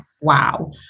wow